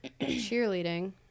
cheerleading